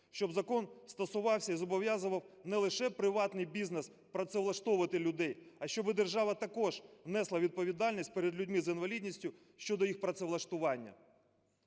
щоб закон стосувався і зобов'язував не лише приватний бізнес працевлаштовувати людей, а щоби держава також несла відповідальність перед людьми з інвалідністю щодо їх працевлаштування.